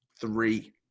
three